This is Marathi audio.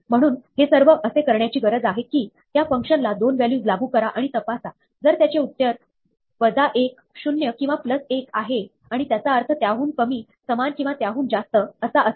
म्हणून हे सर्व असे करण्याची गरज आहे की या फंक्शनला दोन व्हॅल्यूज लागू करा आणि तपासा जर त्याचे उत्तर 1 0 किंवा प्लस 1 आहे आणि त्याचा अर्थ त्याहून कमी समान किंवा त्याहून जास्त असा असेल